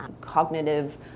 cognitive